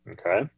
Okay